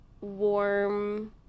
warm